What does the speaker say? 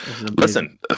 Listen